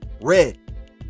red